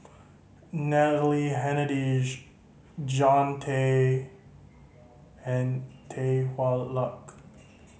Natalie Hennedige Jean Tay and Tan Hwa Luck